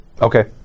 Okay